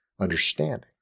understanding